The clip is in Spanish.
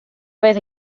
vez